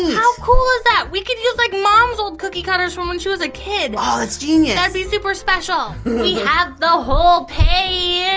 how cool is that! we could use like momz' old cookie cutters from when she was a kid! ah that's genious! be super special. we have the whole page!